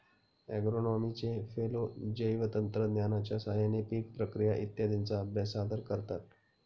ॲग्रोनॉमीचे फेलो जैवतंत्रज्ञानाच्या साहाय्याने पीक प्रक्रिया इत्यादींचा अभ्यास सादर करतात